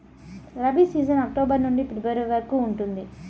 rabi season October నుండి February వరకు ఉంటుంది